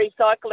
recycling